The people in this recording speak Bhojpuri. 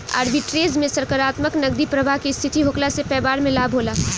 आर्बिट्रेज में सकारात्मक नगदी प्रबाह के स्थिति होखला से बैपार में लाभ होला